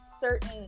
certain